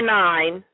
nine